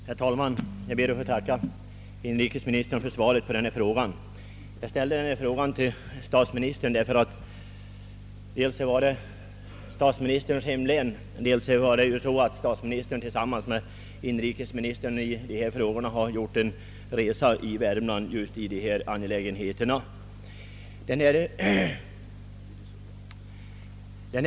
Herr talman! Jag ber att få tacka inrikesministern för svaret på denna fråga. Jag ställde den till statsministern dels därför att det var statsministerns hemlän den gällde, dels därför att han tillsammans med inrikesministern med anledning av just de här angelägenheterna gjort en resa i Värmland.